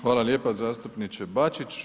Hvala lijepa zastupniče Bačić.